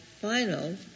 final